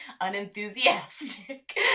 unenthusiastic